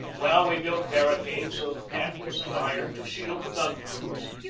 while we built barricades of canvas and iron to shield the gun crews,